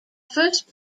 first